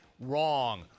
Wrong